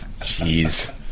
Jeez